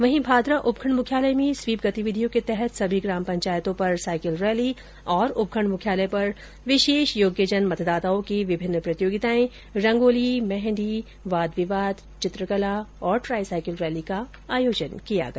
वही भादरा उपखण्ड मुख्यालय में स्वीप गतिविधियों के तहत सभी ग्राम पंचायतों पर साइकिल रैली और उपखण्ड मुख्यालय पर विशेष योग्यजन मतदाताओं की विभिन्न प्रतियोगिताएं रंगोली मेहंदी वाद विवाद चित्रकला और ट्राई साइकिल रैली का आयोजन किया गया